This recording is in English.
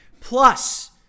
Plus